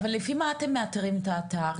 אבל לפי מה אתם מאתרים את האתר?